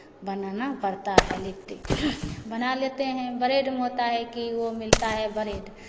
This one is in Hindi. बनाना पड़ता है लिट्टी बना लेते हैं ब्रेड में होता है कि वो मिलता है ब्रेड